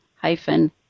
hyphen